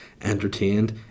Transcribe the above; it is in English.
entertained